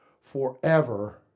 forever